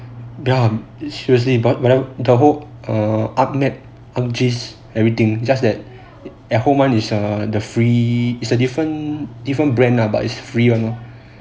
ya seriously but the whole err up med M_G everything just that at home is the free it's a different different brand lah but it's free [one] lor